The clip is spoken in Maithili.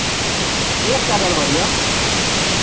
एक टा गड़बड़ यए